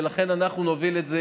ולכן אנחנו נוביל את זה